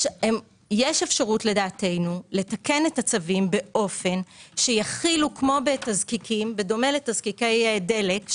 יש אפשרות לדעתנו לתקן את הצווים שיכילו בדומה לתזקיקי דלק,